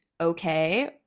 okay